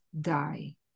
die